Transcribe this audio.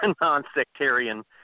non-sectarian